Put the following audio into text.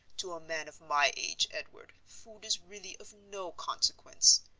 to a man of my age, edward, food is really of no consequence.